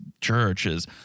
churches